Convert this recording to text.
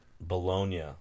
Bologna